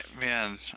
Man